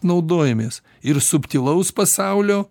naudojamės ir subtilaus pasaulio